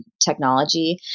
Technology